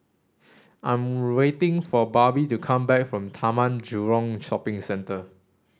I'm waiting for Barbie to come back from Taman Jurong Shopping Centre